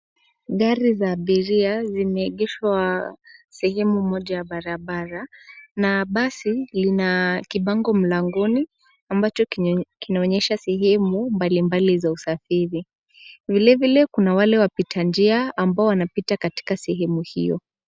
Gari za abiria zimeegeshwa sehemu moja ya barabara, na basi lina kibango mlangoni, ambacho kinaonyesha sehemu, mbalimbali za usafiri. Vilevile kuna wale wapitanjia, ambao wanapita katika sehemu hiyo.